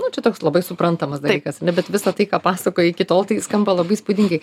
nu čia toks labai suprantamas dalykas nu bet visa tai ką pasakojai iki tol tai skamba labai įspūdingai